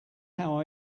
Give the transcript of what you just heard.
how